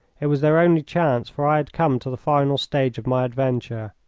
it was their only chance, for i had come to the final stage of my adventure.